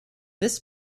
this